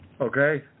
Okay